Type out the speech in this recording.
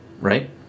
right